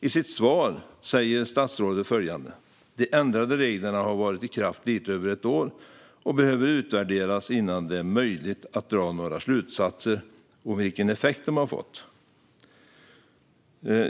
I sitt svar sa statsrådet följande: "De ändrade reglerna har varit i kraft lite över ett år och behöver utvärderas innan det är möjligt att dra några slutsatser om vilken effekt de fått."